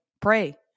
pray